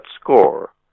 score